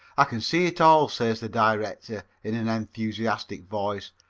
i can see it all, says the director, in an enthusiastic voice,